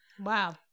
Wow